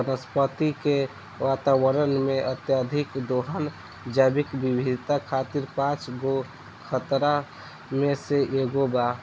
वनस्पति के वातावरण में, अत्यधिक दोहन जैविक विविधता खातिर पांच गो खतरा में से एगो बा